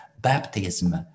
baptism